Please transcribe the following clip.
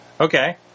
Okay